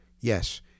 Yes